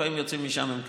לפעמים יוצאים משם עם כסף.